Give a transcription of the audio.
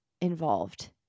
involved